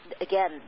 again